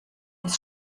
des